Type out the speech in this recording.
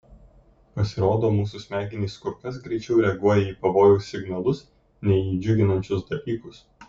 pasirodo mūsų smegenys kur kas greičiau reaguoja į pavojaus signalus nei į džiuginančius dalykus